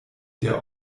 der